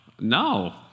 no